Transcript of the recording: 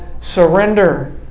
surrender